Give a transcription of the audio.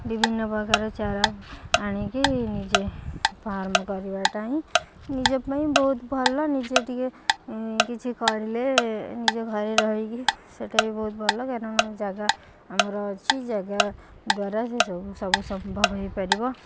ବିଭିନ୍ନ ପ୍ରକାର ଚାରା ଆଣିକି ନିଜେ ଫାର୍ମ କରିବାଟା ହିଁ ନିଜ ପାଇଁ ବହୁତ ଭଲ ନିଜେ ଟିକେ କିଛି କରିଲେ ନିଜ ଘରେ ରହି କରି ସେଟା ବି ବହୁତ ଭଲ କାହିଁନା ଜାଗା ଆମର ଅଛି ଜାଗା ଦ୍ୱାରା ସବୁ ସମ୍ଭବ ହେଇପାରିବ